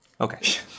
Okay